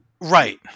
right